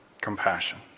Compassion